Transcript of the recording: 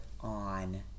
on